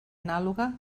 anàloga